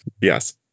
Yes